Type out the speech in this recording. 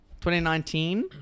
2019